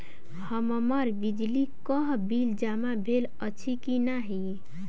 हम्मर बिजली कऽ बिल जमा भेल अछि की नहि?